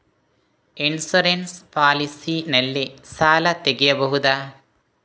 Insurance policy ನಲ್ಲಿ ಸಾಲ ತೆಗೆಯಬಹುದ?